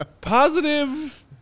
Positive